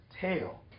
tail